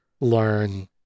learn